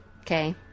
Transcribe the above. Okay